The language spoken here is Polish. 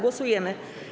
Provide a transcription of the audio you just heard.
Głosujemy.